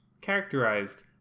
characterized